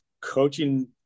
coaching